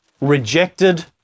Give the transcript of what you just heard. rejected